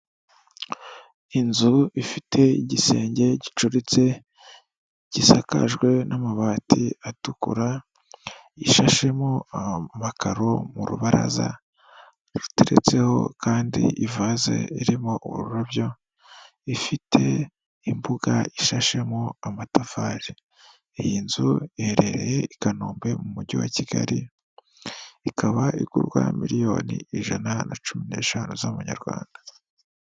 Inzu ifite igisenge gicuritse gisakajwe n'amabati atukura ishashemo, amakaro mu rubaraza ruteretseho kandi ivase irimo ururabyo, ifite imbuga ishashemo amatafari. Iyi nzu iherereye i Kanombe mu mujyi wa Kigali, ikaba igurwa miliyoni ijana na cumi n'eshanu z'amanyarwanda.